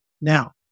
now